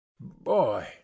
boy